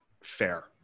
fair